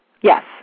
Yes